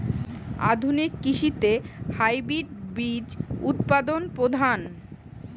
আধুনিক কৃষিতে হাইব্রিড বীজ উৎপাদন প্রধান